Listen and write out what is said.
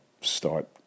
start